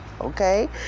okay